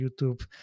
YouTube